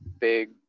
big